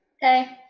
Hey